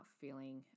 feeling